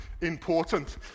important